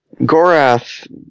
Gorath